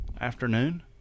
afternoon